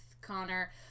Connor